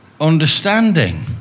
understanding